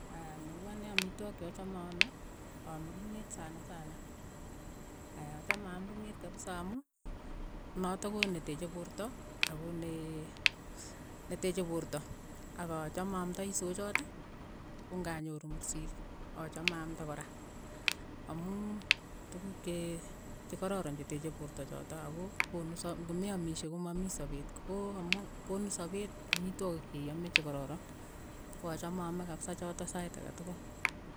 ne uu anee amitwogik che achame aame, aame kimyet sanasana, aya achame aam kimyet kapisa amu notok ko neteche poorto ako neee teche poorto, ak achame aamtai sochot konganyoru mursik, achame aamta kora, amuu tukuk chee, chekororon cheteche poorto chotok ako konu sa ngomeamishe ko ma mii sapeet, ko amu konin sapeet amitwogik che iaame che kororon, ko achame aame kapisa chotok sait ake tukul.